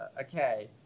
okay